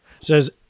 says